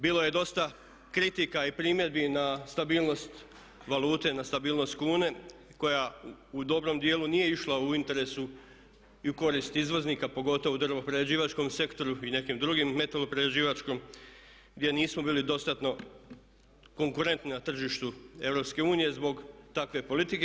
Bilo je dosta kritika i primjedbi na stabilnost valute, na stabilnost kune koja u dobrom dijelu nije išla u interesu i u korist izvoznika pogotovo u drvno-prerađivačkom sektoru i nekim drugim, metalo-prerađivačkom, gdje nismo bili dostatno konkurentni na tržištu EU zbog takve politike.